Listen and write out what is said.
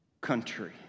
country